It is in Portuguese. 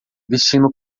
vestindo